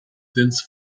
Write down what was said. dense